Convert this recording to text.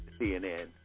CNN